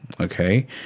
Okay